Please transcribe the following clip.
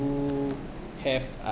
have uh